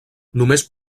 només